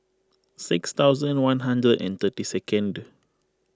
six thousand one hundred and thirty second two